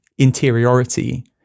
interiority